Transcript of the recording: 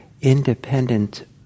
independent